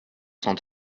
cent